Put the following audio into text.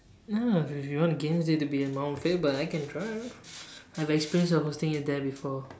ya if you want the games day to be at Mount Faber I can try I have experienced hosting it there before